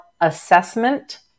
assessment